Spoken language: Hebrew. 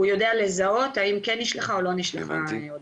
הוא יודע לזהות האם כן או לא נשלחה הודעה.